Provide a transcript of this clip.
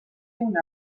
una